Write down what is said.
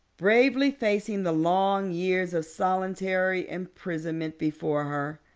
bravely facing the long years of solitary imprisonment before her.